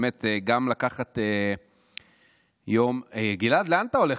באמת, גם לקחת יום, גלעד, לאן אתה הולך?